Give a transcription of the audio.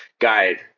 guide